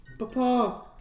Papa